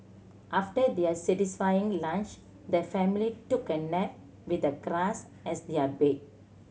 after their satisfying lunch the family took a nap with the grass as their bed